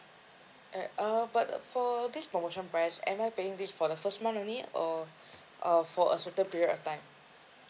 eh uh but for this promotion price am I paying this for the first month only or uh for a certain period of time